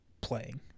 playing